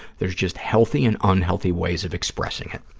there's just healthy and unhealthy ways of expressing it.